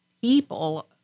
people